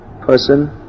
person